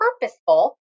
purposeful